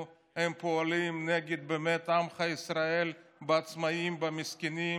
פועלים נגד עמך ישראל והעצמאים והמסכנים,